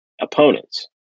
opponents